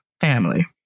family